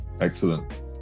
Excellent